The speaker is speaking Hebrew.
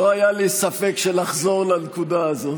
לא היה לי ספק שנחזור לנקודה הזאת.